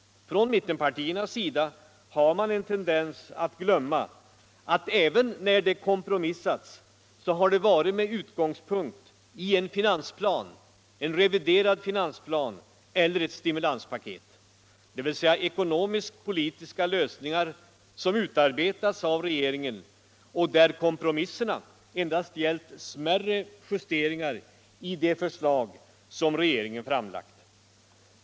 Från mittenpartiernas sida har man nämligen en tendens att glömma att även när det kompromissats har det varit med utgångspunkt i en finansplan, en reviderad finansplan eller ett stimulanspaket, dvs. ekonomisk-politiska lösningar som utarbetats av regeringen, där kompromisserna endast gällt smärre justeringar i de förslag som regeringen framlagt.